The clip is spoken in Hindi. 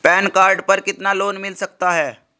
पैन कार्ड पर कितना लोन मिल सकता है?